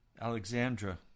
Alexandra